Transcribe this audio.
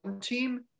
team –